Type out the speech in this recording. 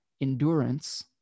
endurance